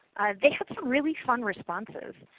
they had some really fun responses.